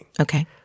Okay